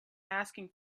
asking